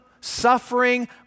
suffering